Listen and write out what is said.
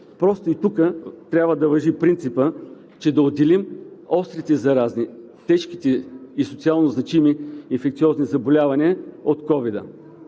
Просто и тук трябва да важи принципът, че да отделим острите заразни, тежките и социалнозначими инфекциозни заболявания от ковид